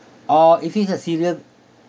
or if he's a serial